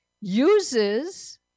uses